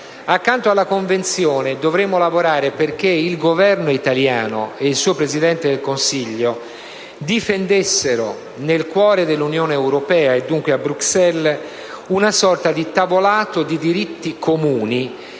accanto alla Convenzione, dovremmo lavorare perché il Governo italiano e il suo Presidente del Consiglio difendano nel cuore dell'Unione europea, e dunque a Bruxelles, una sorta di tavolato di diritti comuni,